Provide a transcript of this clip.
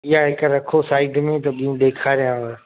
इहा हिक रखो साइड में त ॿियूं ॾेखारियांव